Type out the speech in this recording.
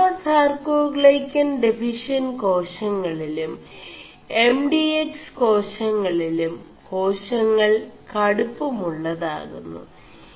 ഗാമസാർേ ാൈø ൻ െഡഫിഷç ് േകാശÆളിലും എം ഡി എക്സ്േകാശÆളിലും േകാശÆൾ കടുçം ഉøതാകുMു